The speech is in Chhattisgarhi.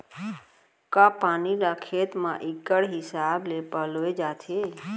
का पानी ला खेत म इक्कड़ हिसाब से पलोय जाथे?